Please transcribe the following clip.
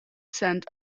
scent